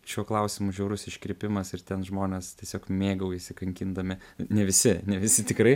šiuo klausimu žiaurus iškrypimas ir ten žmonės tiesiog mėgaujasi kankindami ne visi ne visi tikrai